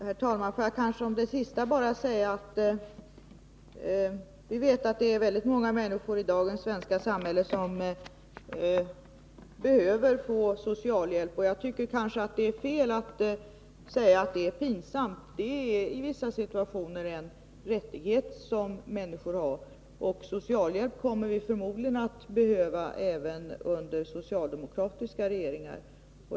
Herr talman! Jag vill om det sista bara säga att vi vet att det i dagens svenska samhälle finns många människor som behöver få socialhjälp. Jag tycker kanske att det är fel att säga att det är pinsamt. Det är en rättighet som människor kan utnyttja i vissa situationer, och socialhjälp kommer vi förmodligen att behöva även under socialdemokratiska regeringar.